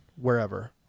wherever